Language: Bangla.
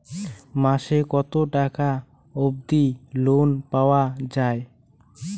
মাসে কত টাকা অবধি লোন পাওয়া য়ায়?